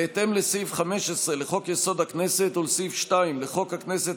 בהתאם לסעיף 15 לחוק-יסוד: הכנסת ולסעיף 2 לחוק הכנסת,